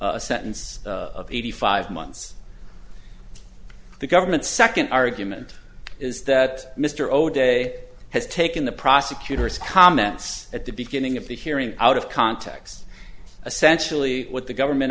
a sentence of eighty five months the government second argument is that mr o'day has taken the prosecutor's comments at the beginning of the hearing out of context a sensually what the government